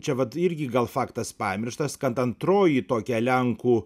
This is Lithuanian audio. čia vat irgi gal faktas pamirštas kad antroji tokia lenkų